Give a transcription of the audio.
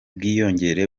bwiyongere